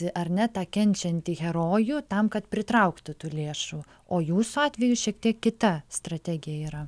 ar ne tą kenčiantį herojų tam kad pritrauktų tų lėšų o jūsų atveju šiek tiek kita strategija yra